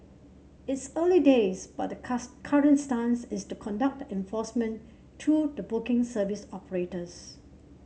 it's early days but the current stance is to conduct the enforcement through the booking service operators